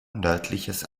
nördliches